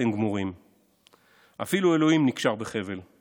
אתם גמורים./ אפילו אלוהים נקשר בחבל/